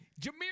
Jameer